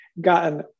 gotten